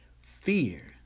Fear